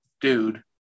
dude